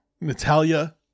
Natalia